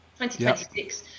2026